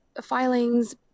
filings